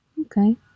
Okay